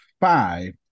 five